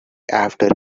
after